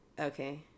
Okay